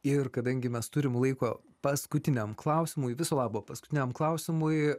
ir kadangi mes turim laiko paskutiniam klausimui viso labo paskutiniam klausimui